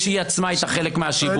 שהיא עצמה הייתה חלק מהשיבוש.